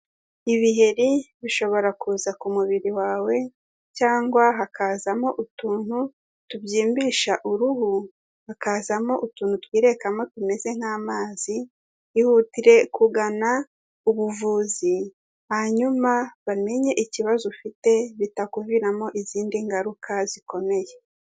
Ibiheri bishobora kuza ku mubiri wawe cyangwa hakazamo utuntu tubyimbisha uruhu, hakazamo utuntu twirekamo tumeze nk'amazi, ihutire kugana ubuvuzi hanyuma bamenye ikibazo ufite bitakuviramo izindi ngaruka zikomeye.